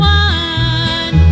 one